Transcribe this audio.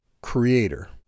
creator